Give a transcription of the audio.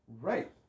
Right